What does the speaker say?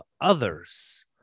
others